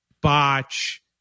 botch